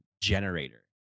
generator